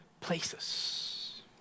places